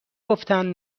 گفتن